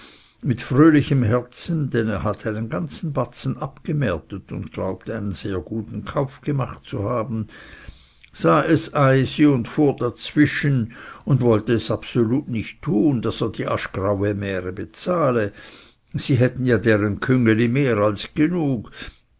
mit fröhlichem herzen denn er hatte einen ganzen batzen abgemärtet und glaubte einen sehr guten kauf gemacht zu haben sah es eisi und fuhr dazwischen und wollte es absolut nicht tun daß er die aschgraue mähre bezahle sie hätten ja deren küngeli mehr als genug